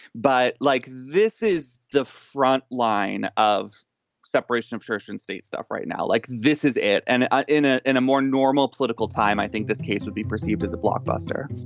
but like, this is the front line of separation of church and state stuff right now. like this is it. and ah in ah in a more normal political time, i think this case would be perceived as a blockbuster